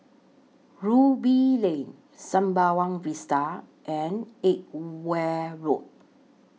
Ruby Lane Sembawang Vista and Edgware Road